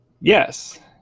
yes